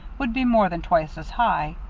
would be more than twice as high.